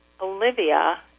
Olivia